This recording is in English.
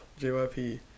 JYP